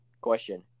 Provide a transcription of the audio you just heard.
question